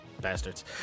bastards